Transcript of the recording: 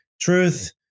truth